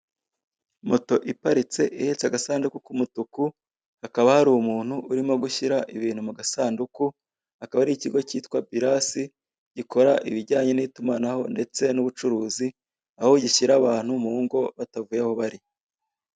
Moto iparitse ihetse agasanduku k'umutuku hakaba hari umuntu urimo gushyira ibintu mu gasanduku akaba ari ikigo kitwa Biras gikora ibijyanye n'itumanaho ndetse n'umucuruzi aho gishyira abantu mu ngo batavuye aho bari.